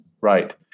Right